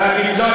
תספר לכולם.